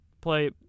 play